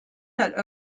that